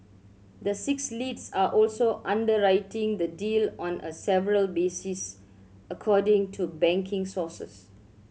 the six leads are also underwriting the deal on a several basis according to banking sources